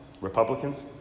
Republicans